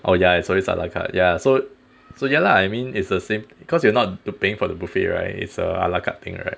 oh ya it's always a la carte ya so so ya lah I mean it's the same because you are not paying for the buffet right it's a a la carte thing right